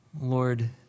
Lord